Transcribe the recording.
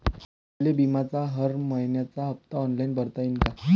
मले बिम्याचा हर मइन्याचा हप्ता ऑनलाईन भरता यीन का?